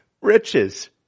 riches